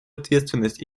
ответственность